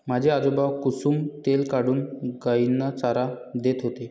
माझे आजोबा कुसुम तेल काढून गायींना चारा देत होते